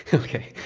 ok.